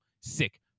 sick